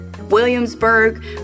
Williamsburg